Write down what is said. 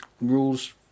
rules